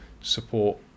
support